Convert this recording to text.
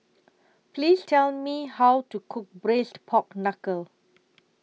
Please Tell Me How to Cook Braised Pork Knuckle